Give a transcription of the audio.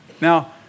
Now